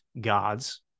gods